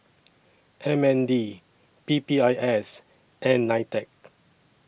M N D P P I S and NITEC